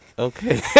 Okay